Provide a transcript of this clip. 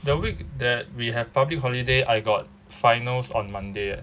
the week that we have public holiday I got finals on monday eh